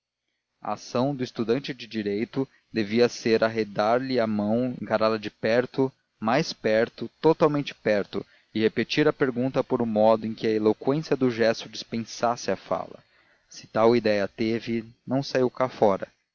a ação do estudante de direito devia ser arredar lhe a mão encará la de perto mais perto totalmente perto e repetir a pergunta por um modo em que a eloquência do gesto dispensasse a fala se tal ideia teve não saiu cá fora